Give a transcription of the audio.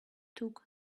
took